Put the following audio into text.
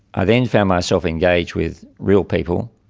i then found myself engaged with real people,